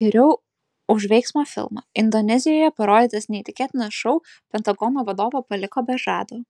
geriau už veiksmo filmą indonezijoje parodytas neįtikėtinas šou pentagono vadovą paliko be žado